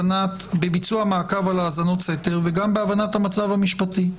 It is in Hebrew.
בביצוע מעקב על האזנות סתר וגם בהבנת המצב המשפטי.